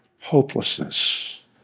hopelessness